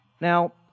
Now